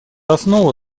основа